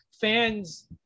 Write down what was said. fans